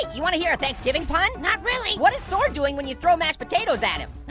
you wanna hear a thanksgiving pun? not really. what is thor doing when you throw mashed potatoes at him?